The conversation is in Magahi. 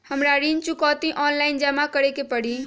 हमरा ऋण चुकौती ऑनलाइन जमा करे के परी?